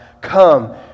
come